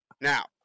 Now